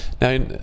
Now